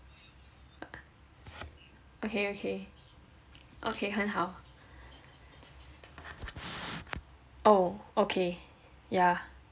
okay okay okay 很好 oh okay yeah